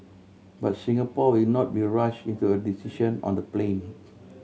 but Singapore will not be rushed into a decision on the plane